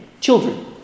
Children